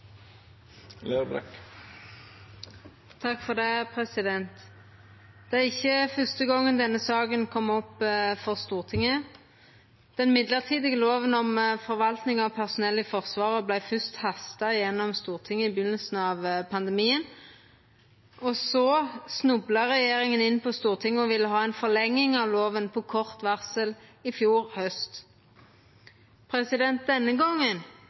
opp for Stortinget. Den mellombelse loven om forvaltning av personell i Forsvaret vart fyrst hasta igjennom Stortinget i byrjinga av pandemien, og så snubla regjeringa inn på Stortinget og ville ha ei forlenging av loven på kort varsel i fjor haust. Denne gongen